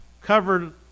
covered